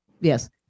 yes